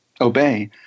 obey